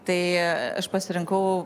tai aš pasirinkau